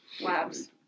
Labs